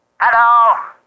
Hello